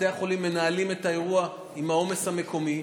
בתי החולים מנהלים את האירוע עם העומס המקומי,